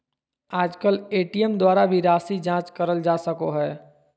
आजकल ए.टी.एम द्वारा भी राशी जाँच करल जा सको हय